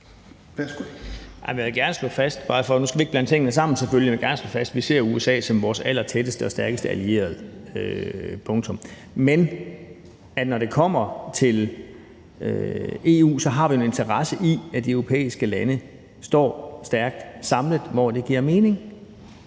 vil da gerne slå fast, at vi ser USA som vores allertætteste og stærkeste allierede – punktum. Men når det kommer til EU, har vi en interesse i, at de europæiske lande står stærkt samlet, hvor det giver mening.